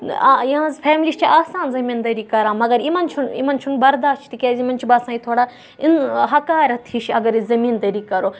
آ یِہٕنٛز فیملی چھِ آسان زٔمیٖندٲری کَران مگر یِمَن چھُنہٕ یِمَن چھُنہٕ بَرداش تِکیٛازِ یِمَن چھُ باسان یہِ تھوڑا حکارَت ہِش اَگَر أسۍ زٔمیٖندٲری کَرو